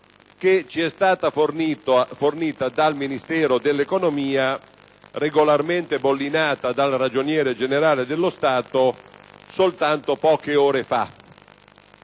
che ci è stata fornita dal Ministero dell'economia e delle finanze, regolarmente bollinata dal Ragioniere generale dello Stato, soltanto poche ore fa.